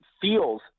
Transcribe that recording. feels